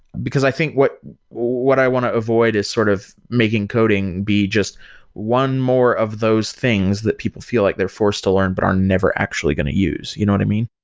because i think what what i want to avoid is sort of making coding be just one more of those things that people feel like they're forced to learn, but are never actually going to use. do you know what i mean?